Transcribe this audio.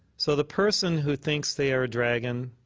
so the person who thinks they are a dragon